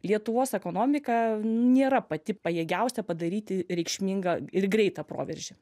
lietuvos ekonomika nėra pati pajėgiausia padaryti reikšmingą ir greitą proveržį